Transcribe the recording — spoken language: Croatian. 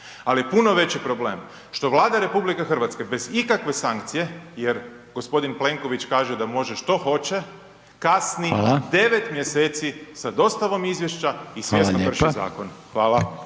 je puno veći problem što Vlada RH bez ikakve sankcije jer gospodin Plenković kaže da može što hoće kasni …/Upadica: Hvala./… 9 mjeseci sa dostavom izvješća i svjesno krši zakon. Hvala.